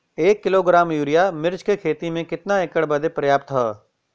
एक kilogram urea मिर्च क खेती में कितना एकड़ बदे पर्याप्त ह?